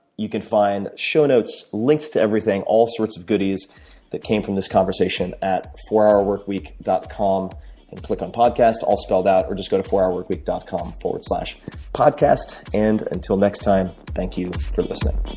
you can find show notes, links to everything, all sorts of goodies that came from this conversation at fourhourworkweek dot com and click on podcast, all spelled out. or just go to fourhourworkweek dot com forward slash podcast. and until next time, thank you for listening